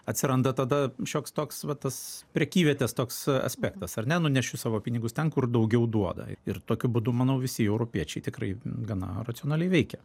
atsiranda tada šioks toks va tas prekyvietės toks aspektas ar ne nunešiu savo pinigus ten kur daugiau duoda ir tokiu būdu manau visi europiečiai tikrai gana racionaliai veikia